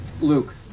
Luke